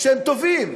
שהם טובים.